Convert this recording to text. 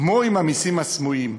כמו המסים הסמויים,